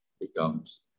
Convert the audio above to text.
becomes